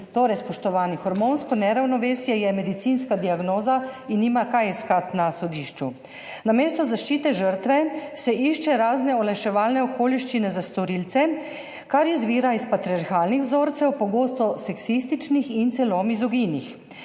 Torej, spoštovani, hormonsko neravnovesje je medicinska diagnoza in nima kaj iskati na sodišču. Namesto zaščite žrtve se išče razne olajševalne okoliščine za storilce, kar izvira iz patriarhalnih vzorcev, pogosto seksističnih in celo mizoginih.